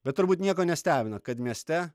bet turbūt nieko nestebina kad mieste